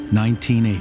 1980